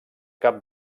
cap